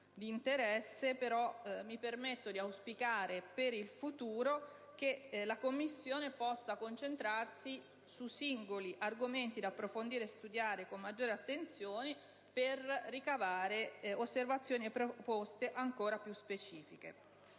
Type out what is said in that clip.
mi permetto di auspicare per il futuro che la Commissione possa concentrarsi su singoli argomenti da approfondire e studiare con maggior attenzione per ricavare osservazioni e proposte ancora più specifiche.